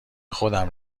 خودم